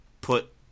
put